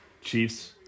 Chiefs